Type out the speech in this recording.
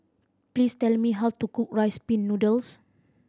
please tell me how to cook Rice Pin Noodles